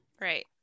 Right